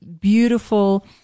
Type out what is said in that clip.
beautiful